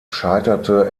scheiterte